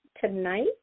tonight